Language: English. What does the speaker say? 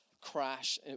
crash